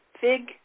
fig